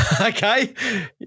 Okay